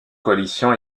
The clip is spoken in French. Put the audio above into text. coalition